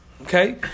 Okay